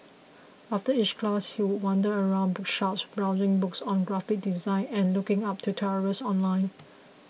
after each class he would wander around bookshops browsing books on graphic design and looking up tutorials online